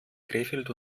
krefeld